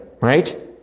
right